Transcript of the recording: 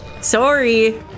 Sorry